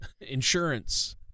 insurance